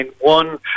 One